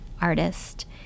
artist